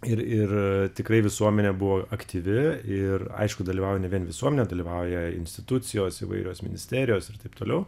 ir ir tikrai visuomenė buvo aktyvi ir aišku dalyvavo ne vien visuomenė dalyvauja institucijos įvairios ministerijos ir taip toliau